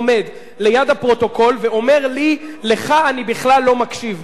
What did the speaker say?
עומד ליד הפרוטוקול ואומר לי: לך אני בכלל לא מקשיב.